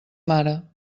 mare